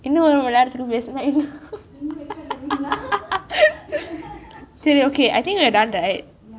இன்னும் ஒரு மணி நேரத்திற்கு பேசினா இன்னும்:innum oru mani nerathirku pesina innum சரி:sari okay I think we are done right